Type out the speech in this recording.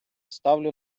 ставлю